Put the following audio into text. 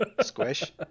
squish